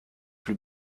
plus